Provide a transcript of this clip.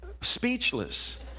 speechless